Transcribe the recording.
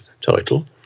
title